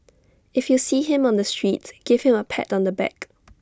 if you see him on the streets give him A pat on the back